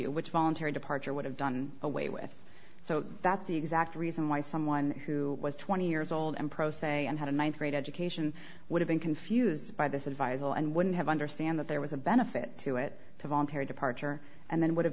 you which voluntary departure would have done away with so that's the exact reason why someone who was twenty years old and pro se and had a ninth grade education would have been confused by this advisable and wouldn't have understand that there was a benefit to it to voluntary departure and then would have